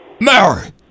Mary